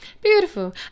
beautiful